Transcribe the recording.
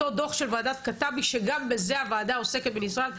אותו דוח של וועדת קעטבי שגם בזה הוועדה העוסקת בנפרד,